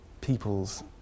people's